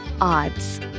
odds